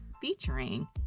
featuring